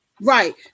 Right